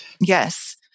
Yes